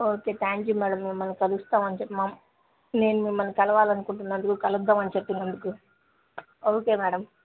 okay thank you madam మిమ్మల్ని కలుస్తాము అని చెప్పి నేను మిమ్మల్ని కలవాలనుకుంటున్నందుకు కలుద్దాము అని చెప్పినందుకు ఓకే మేడం